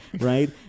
right